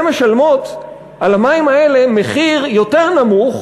הן משלמות על המים האלה מחיר יותר נמוך